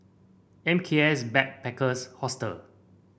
M K S Backpackers Hostel